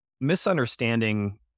misunderstanding